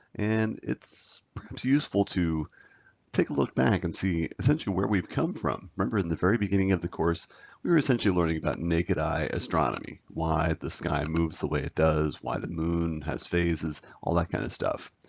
and it's useful to take a look back and see essentially where we've come from. remember in the very beginning of the course we were essentially learning about naked-eye astronomy why the sky moves the way it does, why the moon has phases, all that kind of stuff.